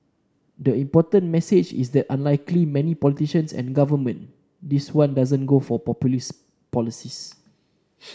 the important message is that unlikely many politicians and government this one doesn't go for populist policies